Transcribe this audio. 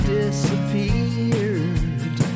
disappeared